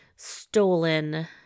Stolen